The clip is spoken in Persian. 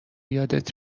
یادت